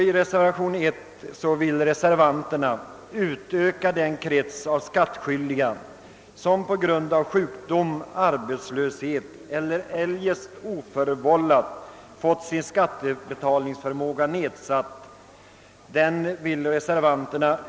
I reservationen 1 föreslås en utökning av den krets av skattskyldiga, som på grund av sjukdom, arbetslöshet eller eljest oförvållat fått sin skattebetalningsförmåga nedsatt, med kategorin studerande.